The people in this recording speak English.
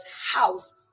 house